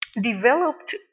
developed